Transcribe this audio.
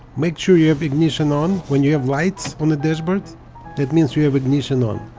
make sure you have ignition on when you have lights on the dashboard that means you have ignition on